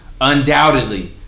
undoubtedly